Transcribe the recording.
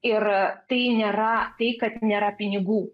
ir tai nėra tai kad nėra pinigų